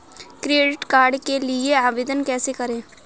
Credit card के लिए आवेदन कैसे करें?